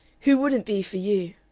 who wouldn't be for you?